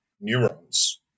neurons